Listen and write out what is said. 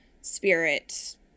spirit